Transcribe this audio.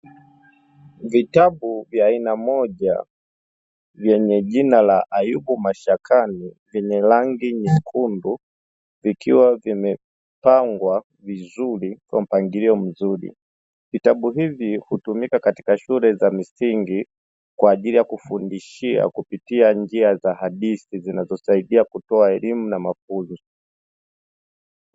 Vitabu vya aina moja vyenye jina "Ayubu mashakani", vyenye rangi nyekundu, vikiwa vimepangwa vizuri kwa mpangilio mzuri. Vitabu hivi hutumika katika shule za misingi kwa ajili ya kufundishia kupitia njia za hadithi zinazosaidia kutoa elimu na mafunzo.